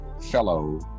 fellow